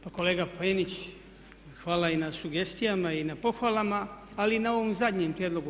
Pa kolega Penić, hvala i na sugestijama i na pohvalama, ali i na ovom zadnjem prijedlogu.